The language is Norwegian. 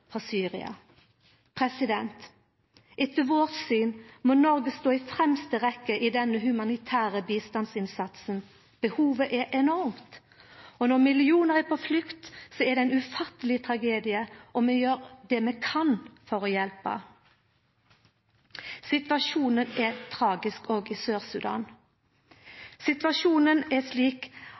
frå Syria. Etter vårt syn må Noreg stå i fremste rekke i denne humanitære bistandsinnsatsen. Behovet er enormt, og når millionar er på flukt, er det ein ufatteleg tragedie, og vi gjer det vi kan for å hjelpa. Situasjonen er tragisk òg i Sør-Sudan. Situasjonen er slik